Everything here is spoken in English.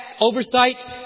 oversight